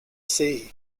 sea